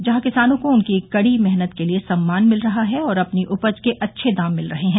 जहां किसानों को उनकी कड़ी मेहनत के लिए सम्मान मिल रहा है और अपनी उपज के अच्छे दाम मिल रहे हैं